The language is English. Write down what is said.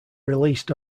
released